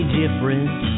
different